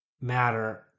matter